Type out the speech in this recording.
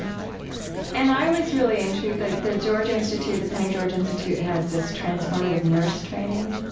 and i was really intrigued that the george institute, the penny george institute, has this transformative nurse training,